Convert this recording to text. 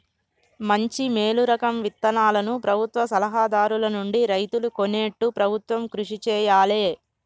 మంచి మేలు రకం విత్తనాలను ప్రభుత్వ సలహా దారుల నుండి రైతులు కొనేట్టు ప్రభుత్వం కృషి చేయాలే